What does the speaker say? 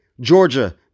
Georgia